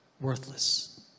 worthless